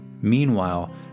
Meanwhile